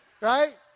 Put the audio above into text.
right